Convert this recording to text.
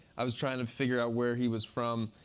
i was trying to figure out where he was from.